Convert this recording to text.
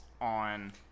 on